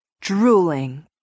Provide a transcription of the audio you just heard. drooling